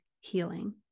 healing